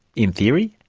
in theory,